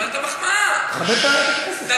קיבלת מחמאה.